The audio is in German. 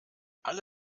alle